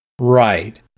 Right